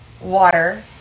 water